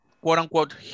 quote-unquote